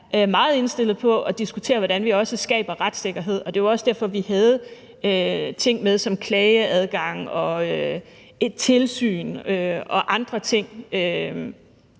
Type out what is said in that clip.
er meget indstillet på at diskutere, hvordan vi også skaber retssikkerhed, og det var jo også derfor, vi havde ting med som klageadgang, et tilsyn og andet.